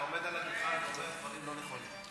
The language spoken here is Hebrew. אתה עומד על הדוכן ואומר דברים לא נכונים.